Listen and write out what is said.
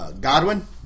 Godwin